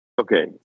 Okay